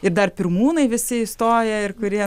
ir dar pirmūnai visi įstoja ir kurie